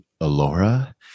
Alora